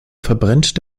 verbrennt